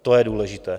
To je důležité.